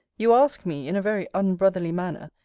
you ask me, in a very unbrotherly manner,